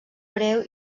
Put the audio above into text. breu